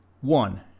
One